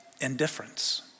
indifference